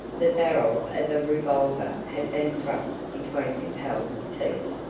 the barrel of a revolver had been thrust between capel's teeth,